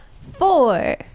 four